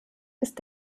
ist